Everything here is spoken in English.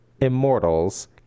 immortals